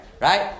right